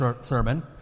sermon